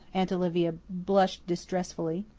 aunt olivia blushed distressfully.